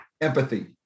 empathy